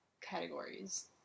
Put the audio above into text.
categories